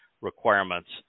requirements